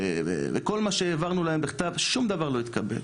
וכל מה שהעברנו להם בכתב - שום דבר לא התקבל.